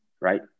right